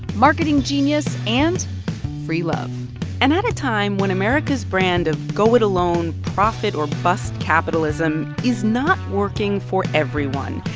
marketing genius and free love and at a time when america's brand of go-it-alone, profit-or-bust capitalism is not working for everyone,